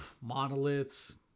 Monoliths